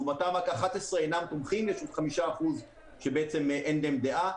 לעומת זאת רק 11% אינם תומכים ועוד 5% שאין להם דעה.